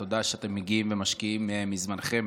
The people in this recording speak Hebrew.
תודה שאתם מגיעים ומשקיעים מזמנכם